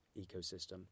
ecosystem